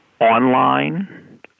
online